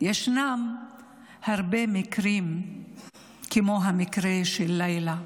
ישנם הרבה מקרים כמו המקרה של לילה.